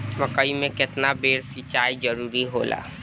मकई मे केतना बेर सीचाई जरूरी होला?